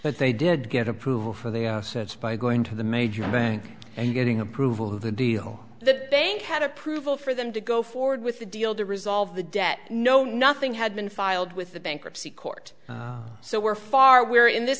but they did get approval for the assets by going to the major bank and getting approval of the deal the bank had approval for them to go forward with the deal to resolve the debt no nothing had been filed with the bankruptcy court so we're far we're in this